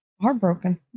heartbroken